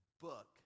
book